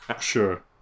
Sure